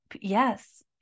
yes